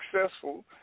successful